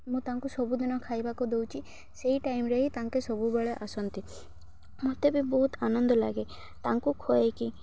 ମୁଁ ତାଙ୍କୁ ସବୁଦିନ ଖାଇବାକୁ ଦେଉଛି ସେଇ ଟାଇମ୍ରେ ହିଁ ତାଙ୍କେ ସବୁବେଳେ ଆସନ୍ତି ମୋତେ ବି ବହୁତ ଆନନ୍ଦ ଲାଗେ ତାଙ୍କୁ ଖୁଆଇକି